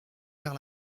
vers